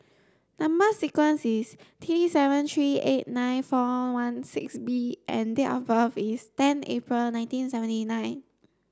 number sequence is T seven three eight nine four one six B and date of birth is ten April nineteen seventy nine